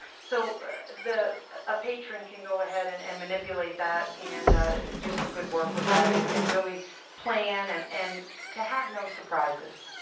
so a ah patron can go ahead and and manipulate that and do some good work with that and and really plan and and to have no surprises.